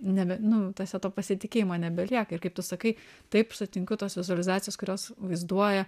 nebe nu tose to pasitikėjimo nebelieka ir kaip tu sakai taip sutinku tos vizualizacijos kurios vaizduoja